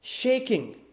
shaking